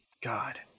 god